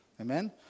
Amen